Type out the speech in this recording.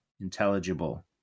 intelligible